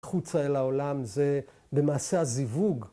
‫חוצה אל העולם זה במעשה הזיווג.